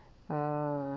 ah